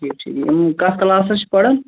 ٹھیٖک ٹھیٖک کَتھ کٕلاسَس چھِ پران